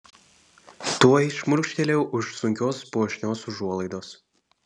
tuoj šmurkštelėjau už sunkios puošnios užuolaidos